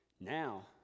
now